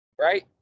right